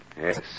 Yes